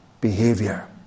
behavior